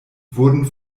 wurden